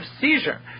seizure